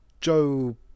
Joe